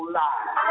lie